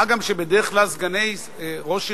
מה גם שבדרך כלל סגני ראש עירייה,